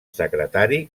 secretari